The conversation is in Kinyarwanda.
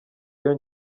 ayo